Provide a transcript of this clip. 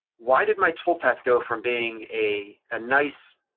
why did my toolpath go from being a ah nice,